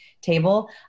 table